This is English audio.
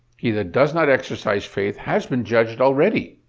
he that does not exercise faith has been judged already,